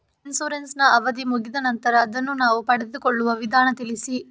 Insurance ನ ಅವಧಿ ಮುಗಿದ ನಂತರ ಅದನ್ನು ನಾವು ಪಡೆದುಕೊಳ್ಳುವ ವಿಧಾನ ತಿಳಿಸಿ?